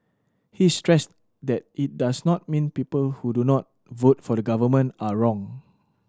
he stressed that it does not mean people who do not vote for the Government are wrong